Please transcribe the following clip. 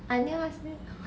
annyeong haseyo